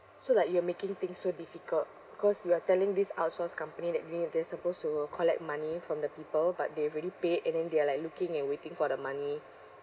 so like you are making things so difficult cause you are telling this outsource company that deliver they're supposed to collect money from the people but they've already paid and then they are like looking and waiting for the money